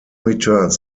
returns